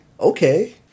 Okay